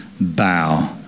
bow